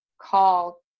call